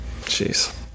Jeez